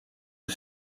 aux